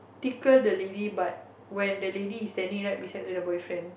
tickle the lady butt when the lady is standing right beside the boyfriend